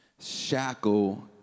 shackle